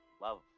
love